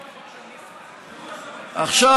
עכשיו,